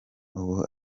ubu